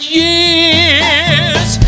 years